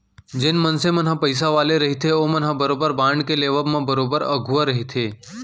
जेन मनसे मन ह पइसा वाले रहिथे ओमन ह बरोबर बांड के लेवब म बरोबर अघुवा रहिथे